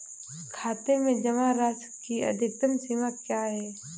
खाते में जमा राशि की अधिकतम सीमा क्या है?